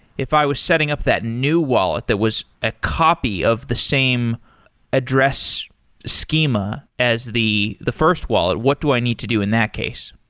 if i was setting up that new wallet that was a copy of the same address schema as the the first wallet, what do i need to do in that case?